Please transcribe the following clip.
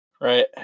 Right